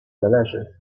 zależy